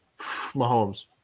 Mahomes